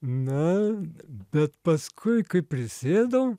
na bet paskui kai prisėdau